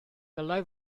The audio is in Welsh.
dylai